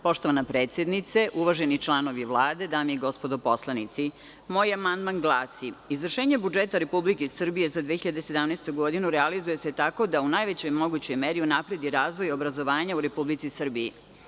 Poštovana predsednice, uvaženi članovi Vlade, dame i gospodo narodni poslanici, moj amandman glasi: „Izvršenje budžeta Republike Srbije za 2017. godinu realizuje se tako da u najvećoj mogućoj meri unapredi razvoj obrazovanja u Republici Srbiji“